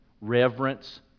reverence